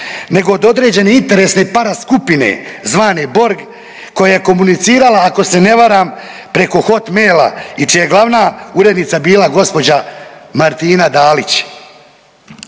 nego od određene interesne paraskupine zvane Borg koja je komunicirala ako se ne varam preko Hotmail i čija je glavna urednica bila gospođa Martina Dalić.